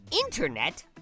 internet